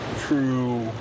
true